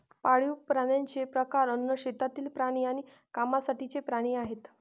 पाळीव प्राण्यांचे प्रकार अन्न, शेतातील प्राणी आणि कामासाठीचे प्राणी आहेत